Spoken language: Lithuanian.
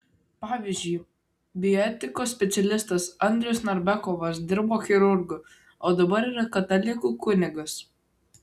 pavyzdžiui bioetikos specialistas andrius narbekovas dirbo chirurgu o dabar yra katalikų kunigas